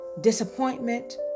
disappointment